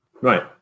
Right